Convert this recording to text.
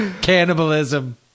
Cannibalism